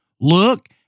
Look